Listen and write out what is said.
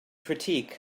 critique